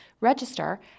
Register